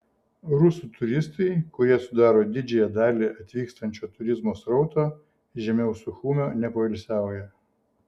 rusų turistai kurie sudaro didžiąją dalį atvykstančio turizmo srauto žemiau suchumio nepoilsiauja